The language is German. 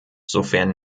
sofern